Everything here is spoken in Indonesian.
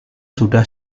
sudah